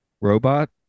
Robot